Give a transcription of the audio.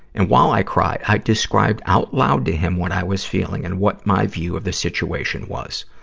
and while i cried, i described out loud to him what i was feeling and what my view of the situation was.